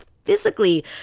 physically